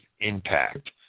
impact